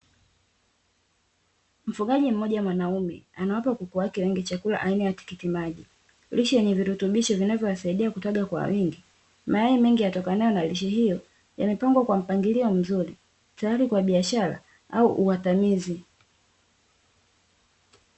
Mfugaji mmoja mwanaume anawapa kuku wake wengi chakula aina ya tikiti maji, lishe yenye virutubisho vinavyowasaidia kutaga kwa wingi. Mayai mengi yatokanayo na lishe hiyo yamepangwa kwa mpangilio mzuri tayari kwa biashara au uatamizi.